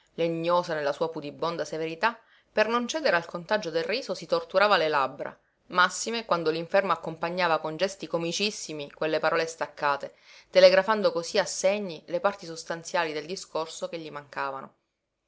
legnosa nella sua pudibonda severità per non cedere al contagio del riso si torturava le labbra massime quando l'infermo accompagnava con gesti comicissimi quelle parole staccate telegrafando cosí a segni le parti sostanziali del discorso che gli mancavano